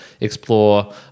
explore